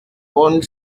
bonne